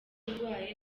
urwaye